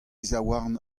zaouarn